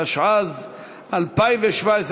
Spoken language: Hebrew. התשע"ז 2017,